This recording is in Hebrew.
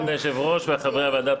תודה רבה לכבוד היושב-ראש ולחברי הוועדה.